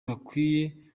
bakwiye